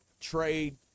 trade